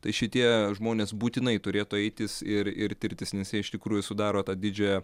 tai šitie žmonės būtinai turėtų eitis ir ir tirtis nes jie iš tikrųjų sudaro tą didžiąją